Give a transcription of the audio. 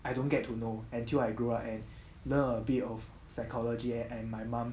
I don't get to know until I grew up and learn a bit of psychology and my mum